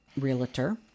realtor